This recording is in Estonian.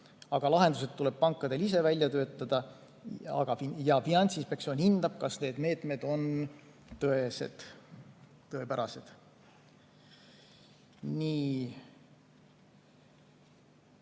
Aga lahendused tuleb pankadel ise välja töötada. Finantsinspektsioon hindab, kas need meetmed on tõepärased. Nii.